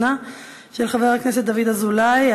של חברי הכנסת דוד אזולאי,